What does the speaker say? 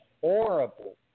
horrible